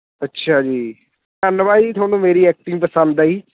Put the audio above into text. ਅੱਛਾ ਜੀ ਧੰਨਵਾਦ ਜੀ ਤੁਹਾਨੂੰ ਮੇਰੀ ਐਕਟਿੰਗ ਪਸੰਦ ਆਈ